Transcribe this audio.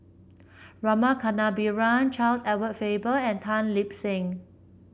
Rama Kannabiran Charles Edward Faber and Tan Lip Seng